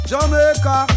Jamaica